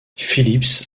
philips